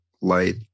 light